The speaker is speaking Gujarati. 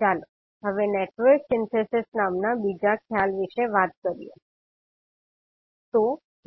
ચાલો હવે નેટવર્ક સિન્થેસિસ નામના બીજા ખ્યાલ વિશે વાત કરીએ તો